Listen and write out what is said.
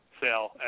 sale